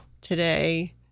today